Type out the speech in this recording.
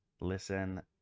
listen